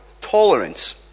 tolerance